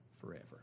forever